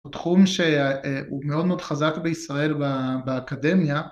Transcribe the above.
תחום שהוא מאוד מאוד חזק בישראל באקדמיה